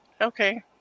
Okay